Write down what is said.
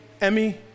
Emmy